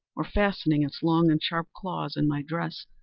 or, fastening its long and sharp claws in my dress,